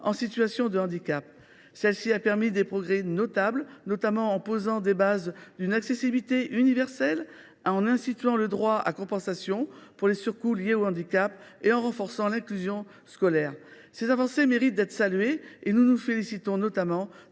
situation de handicap. Il a permis des progrès notables, notamment en posant les bases d’une accessibilité universelle, en instituant le droit à compensation pour les surcoûts liés au handicap et en renforçant l’inclusion scolaire. Ces avancées méritent d’être saluées, et nous nous félicitons notamment de